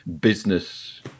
business